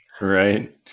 right